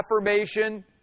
affirmation